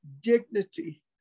dignity